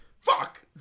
fuck